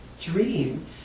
dream